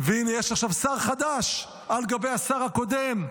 והינה, יש עכשיו שר חדש על גבי השר הקודם,